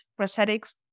prosthetics